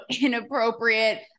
inappropriate